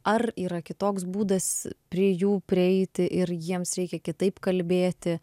ar yra kitoks būdas prie jų prieiti ir jiems reikia kitaip kalbėti